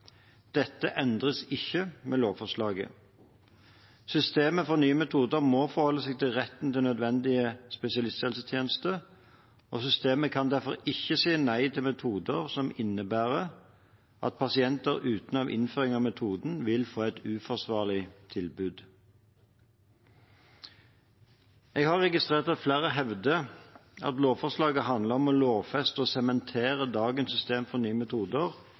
Dette endres ikke med lovforslaget. Systemet for nye metoder må forholde seg til retten til nødvendig spesialisthelsetjeneste. Systemet kan derfor ikke si nei til metoder som innebærer at pasienter uten en innføring av metoden vil få et uforsvarlig tilbud. Jeg har registrert at flere hevder at lovforslaget handler om å lovfeste og sementere dagens system for nye metoder.